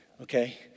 okay